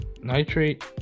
Nitrate